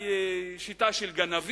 זו אולי שיטה של גנבים,